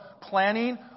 planning